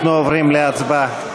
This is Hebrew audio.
אנחנו עוברים להצבעה.